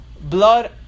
blood